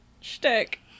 shtick